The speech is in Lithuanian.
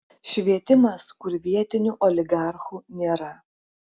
švietimas kur vietinių oligarchų nėra